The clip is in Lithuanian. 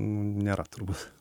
nėra turbūt